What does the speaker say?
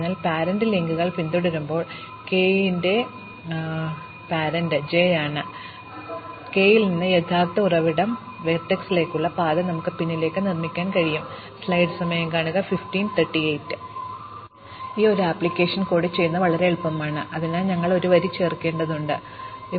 അതിനാൽ പാരന്റ് ലിങ്കുകൾ പിന്തുടരുമ്പോൾ k ന്റെ രക്ഷകർത്താവ് j ആണെന്ന് ഞങ്ങൾ പറയും k ൽ നിന്ന് യഥാർത്ഥ ഉറവിട വെർട്ടെക്സിലേക്കുള്ള പാത നമുക്ക് പിന്നിലേക്ക് നിർമ്മിക്കാൻ കഴിയും അതിനാൽ ഒരു അപ്ലിക്കേഷൻ കോഡ് ചെയ്യുന്നത് ഇത് വളരെ എളുപ്പമാണ് അതിനാൽ ഞങ്ങൾ ഒരു വരി ചേർക്കേണ്ടതുണ്ട് അതിനാൽ ഞങ്ങൾ രണ്ട് വരി